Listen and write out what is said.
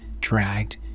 dragged